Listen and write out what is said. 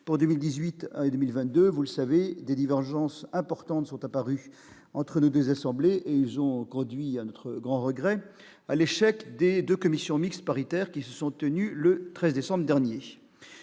2018 à 2022. Vous le savez, des divergences importantes sont apparues entre nos deux assemblées. Elles ont conduit, à notre grand regret, à l'échec des deux commissions mixtes paritaires, qui se sont déroulées le 13 décembre dernier.